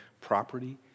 property